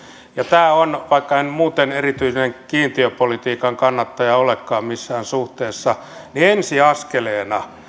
tämä on vaikka en muuten erityinen kiintiöpolitiikan kannattaja olekaan missään suhteessa ensi askeleena